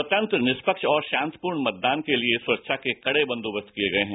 स्वतंत्र निय्पक्ष और शांतिपूर्ण मतदान के लिए सुरक्षा के कड़े बंदोबस्त किए गए हैं